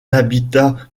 habitat